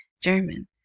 German